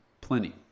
Plenty